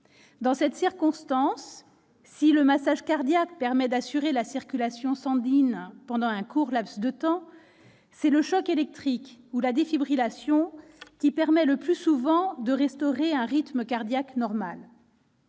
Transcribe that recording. Dans cette circonstance, si le massage cardiaque permet d'assurer la circulation sanguine pendant un court laps de temps, c'est le choc électrique, ou la défibrillation, qui permet le plus souvent de restaurer un rythme cardiaque normal.